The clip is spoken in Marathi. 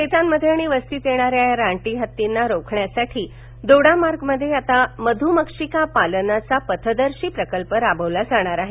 शेतांमध्ये आणि वस्तीत येणाऱ्या या रानटी हत्तींना रोखण्यासाठी दोडामार्गमध्ये आता मध्रमक्षिका पालनाचा पथदर्शी प्रकल्प राबवला जाणार आहे